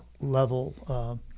level